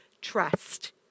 trust